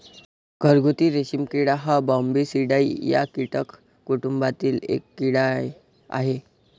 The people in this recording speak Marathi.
घरगुती रेशीम किडा हा बॉम्बीसिडाई या कीटक कुटुंबातील एक कीड़ा आहे